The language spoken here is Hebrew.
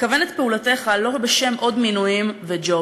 כוון את פעולותיך לא רק בשם עוד מינויים וג'ובים